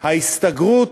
ההסתגרות,